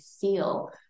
feel